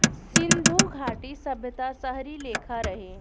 सिन्धु घाटी सभ्यता शहरी लेखा रहे